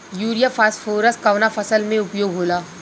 Urea phosphorus कवना फ़सल में उपयोग होला?